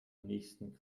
nächsten